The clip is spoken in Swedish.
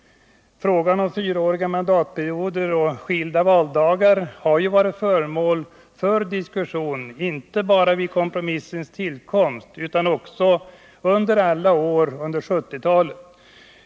Frågan om fyraåriga mandatperioder och skilda valdagar har varit föremål för diskussion, inte bara vid kompromissens tillkomst utan också under hela 1970-talet.